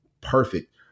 perfect